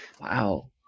Wow